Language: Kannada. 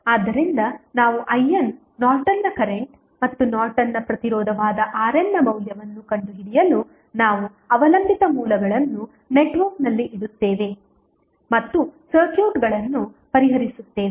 ಆದ್ದರಿಂದ ನಾವು IN ನಾರ್ಟನ್ನ ಕರೆಂಟ್ ಮತ್ತು ನಾರ್ಟನ್ನ ಪ್ರತಿರೋಧವಾದ RN ನ ಮೌಲ್ಯವನ್ನು ಕಂಡುಹಿಡಿಯಲು ನಾವು ಅವಲಂಬಿತ ಮೂಲಗಳನ್ನು ನೆಟ್ವರ್ಕ್ನಲ್ಲಿ ಇಡುತ್ತೇವೆ ಮತ್ತು ಸರ್ಕ್ಯೂಟ್ಗಳನ್ನು ಪರಿಹರಿಸುತ್ತೇವೆ